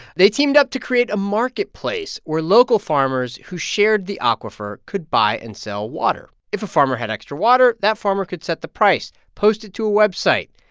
they teamed up to create a marketplace where local farmers who shared the aquifer could buy and sell water. if a farmer had extra water, that farmer could set the price, post it to a website.